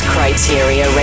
Criteria